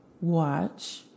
watch